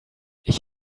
ich